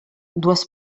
dues